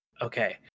Okay